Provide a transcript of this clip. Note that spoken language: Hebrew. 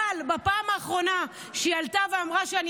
אבל בפעם האחרונה שהיא עלתה ואמרה שאני